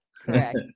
Correct